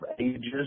ages